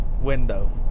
window